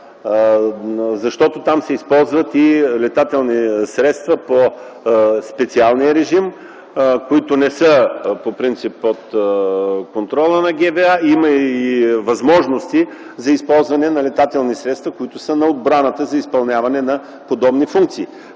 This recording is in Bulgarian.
защото там се използват и летателни средства по специалния режим, които не са по принцип под контрола на ГВА има и възможности за използване на летателни средства, които са на отбраната, за изпълняване на подобни функции.